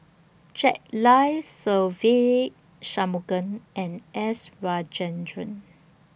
Jack Lai Se Ve Shanmugam and S Rajendran